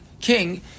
king